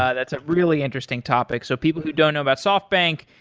ah that's a really interesting topic. so people who don't know about softbank,